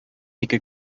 ике